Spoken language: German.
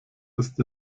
ist